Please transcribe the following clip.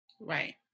Right